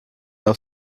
auf